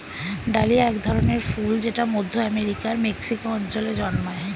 dahlia এক ধরনের ফুল জেট মধ্য আমেরিকার মেক্সিকো অঞ্চলে জন্মায়